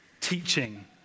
teaching